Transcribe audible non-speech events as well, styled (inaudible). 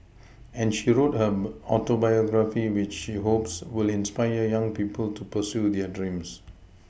and she wrote her (unintelligible) Autobiography which she hopes will inspire young people to pursue their dreams